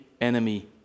enemy